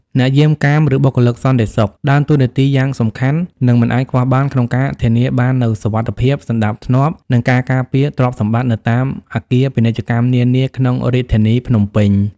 អ្នកយាមកាម ឬបុគ្គលិកសន្តិសុខ ដើរតួនាទីយ៉ាងសំខាន់ និងមិនអាចខ្វះបានក្នុងការធានាបាននូវសុវត្ថិភាព សណ្ដាប់ធ្នាប់ និងការការពារទ្រព្យសម្បត្តិនៅតាមអគារពាណិជ្ជកម្មនានា ក្នុងរាជធានីភ្នំពេញ។